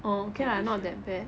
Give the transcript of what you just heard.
ten-ish uh